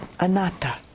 anatta